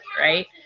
right